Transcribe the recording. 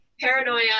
paranoia